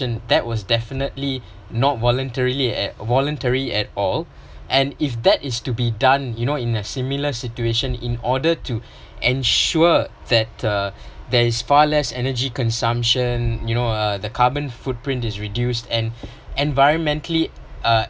that was definitely not voluntarily at voluntary at all and if that is to be done you know in a similar situation in order to ensure that uh there is far less energy consumption you know uh the carbon footprint is reduced and environmentally uh